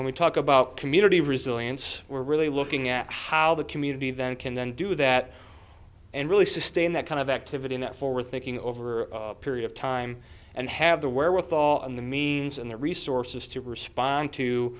when we talk about community resilience we're really looking at how the community then can then do that and really sustain that kind of activity in that forward thinking over a period of time and have the wherewithal and the means and the resources to respond to